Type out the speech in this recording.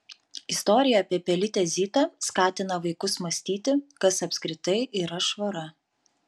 istorija apie pelytę zitą skatina vaikus mąstyti kas apskritai yra švara